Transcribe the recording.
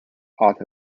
out